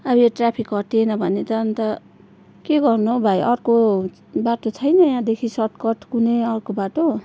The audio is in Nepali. अब यो ट्राफिक हटिएन भने त अन्त के गर्नु हौ भाइ अर्को बाटो छैन यहाँदेखि सर्टकट कुनै अर्को बाटो